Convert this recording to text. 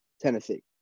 Tennessee